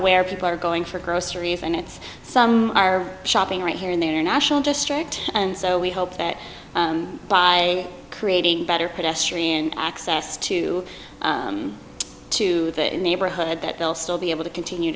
where people are going for groceries and it's some are shopping right here in their national district and so we hope that by creating better pedestrian access to to the in the neighborhood that they'll still be able to continue